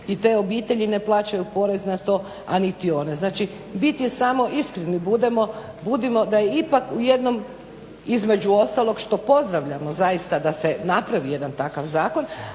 i te obitelji ne plaćaju porez na to, a niti one. Znači, bit je samo iskreni budimo da ipak u jednom između ostalog što pozdravljamo zaista da se napravi jedan takav zakon,